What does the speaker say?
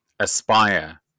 aspire